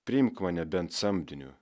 priimk mane bent samdiniu